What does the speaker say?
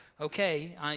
Okay